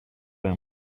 them